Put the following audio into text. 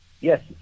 yes